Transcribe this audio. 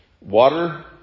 water